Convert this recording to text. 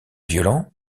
violent